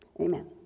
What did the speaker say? Amen